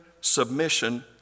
submission